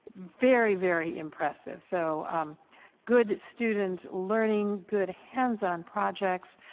very, very impressive. so um good student learning, good hands on projects.